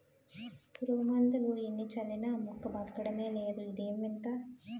పురుగుమందులు ఎన్ని చల్లినా మొక్క బదకడమే లేదు ఇదేం వింత?